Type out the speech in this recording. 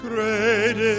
Great